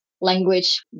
language